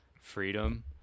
freedom